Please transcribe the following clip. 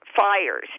fires